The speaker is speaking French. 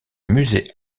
musée